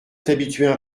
t’habituer